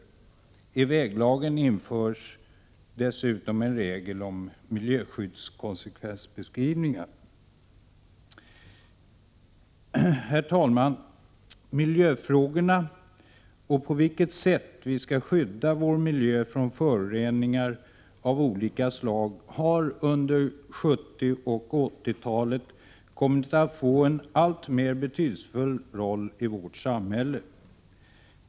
I väglagen införs dessutom en regel om miljökonsekvensbeskrivningar. Herr talman! Miljöfrågorna och det sätt på vilket vi skall skydda vår miljö från föroreningar av olika slag har under 1970 och 1980-talen kommit att få en alltmer betydelsefull roll i vårt samhälle.